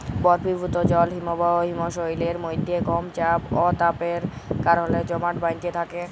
বরফিভুত জল হিমবাহ হিমশৈলের মইধ্যে কম চাপ অ তাপের কারলে জমাট বাঁইধ্যে থ্যাকে